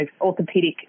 orthopedic